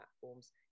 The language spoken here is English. platforms